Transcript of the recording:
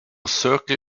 circle